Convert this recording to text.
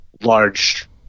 large